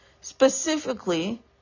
specifically